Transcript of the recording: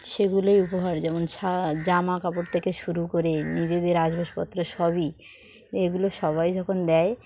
সেগুলোই উপহার যেমন ছা জামা কাপড় থেকে শুরু করে নিজেদের আসবসপত্র সবই এগুলো সবাই যখন দেয়